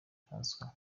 françois